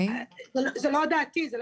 זו לא דעתי.